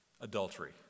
adultery